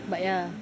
but ya